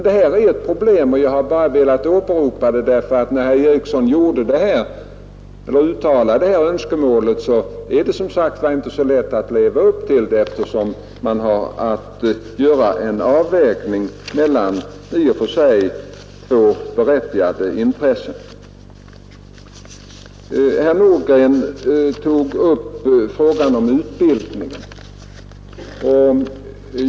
Detta är dock ett problem, och jag har bara velat nämna det när herr Eriksson uttalade sitt önskemål, som det inte är så lätt att leva upp till. Det gäller att göra en avvägning mellan två i och för sig berättigade intressen. Herr Nordgren tog upp frågan om utbildningen.